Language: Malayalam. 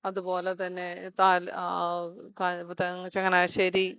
അതുപോലെതന്നെ താല് ചങ്ങനാശ്ശേരി